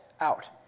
out